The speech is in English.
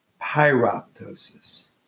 pyroptosis